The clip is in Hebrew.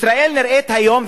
ישראל נראית היום,